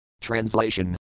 Translation